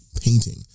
painting